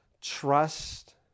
Trust